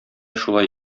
шулай